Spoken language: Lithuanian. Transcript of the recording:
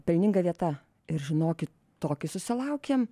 pelninga vieta ir žinokit tokį susilaukėm